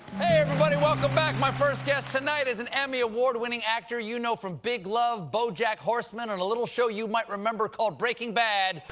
everybody! welcome back! my first guest tonight is an emmy award-winning actor you know from big love, bojack horseman, and a little show you might remember called breaking bad.